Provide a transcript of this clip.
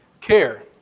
care